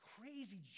crazy